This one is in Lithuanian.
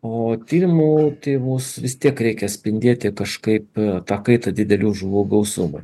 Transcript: o tyrimų tai mus vis tiek reikia spindėti kažkaip ta kaita didelių žuvų gausumą